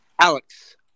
alex